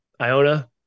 Iona